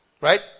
Right